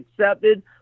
accepted